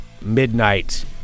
midnight